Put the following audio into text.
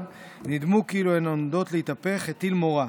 נדמו כאילו הן עומדות להתהפך הטיל מורא.